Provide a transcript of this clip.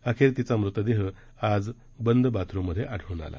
अखेर तिचा मृतदेह आज बंद बाथरुममधे आढळून आला